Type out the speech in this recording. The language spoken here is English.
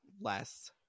less